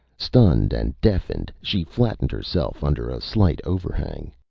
stunned and deafened, she flattened herself under a slight overhang.